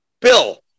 Bill